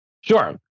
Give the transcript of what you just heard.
Sure